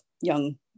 young